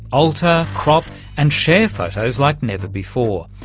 alter, crop and share photos like never before.